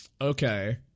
Okay